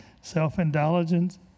self-indulgence